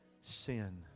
sin